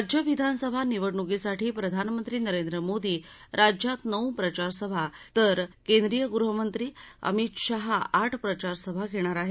राज्यविधानसभा निवडणुकीसाठी प्रधानमंत्री नरेंद्र मोदी राज्यात नऊ प्रचारसभा तर केंद्रीय गृहमंत्री अमित शहा आठ प्रचारसभा घेणार आहेत